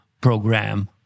program